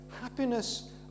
happiness